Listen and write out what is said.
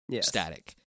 Static